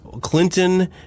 Clinton